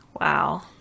Wow